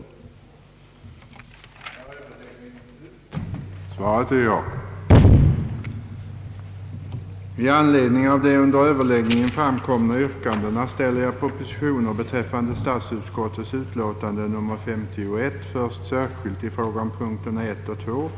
I propositionen hade, såvitt nu vore i fråga, föreslagits vissa ändringar i lagen om fiskevårdsområden och lagen om rätt till fiske i syfte att underlätta bildandet av fiskevårdsområden och skydda fiskbeståndet.